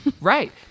Right